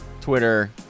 Twitter